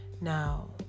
Now